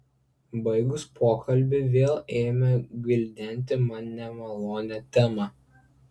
baigus pokalbį vėl ėmė gvildenti man nemalonią temą